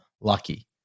lucky